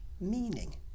meaning